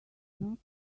not